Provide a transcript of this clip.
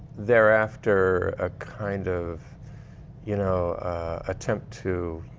thereafter, a kind of you know attempt to